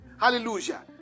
Hallelujah